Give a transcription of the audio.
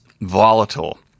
volatile